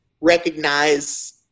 recognize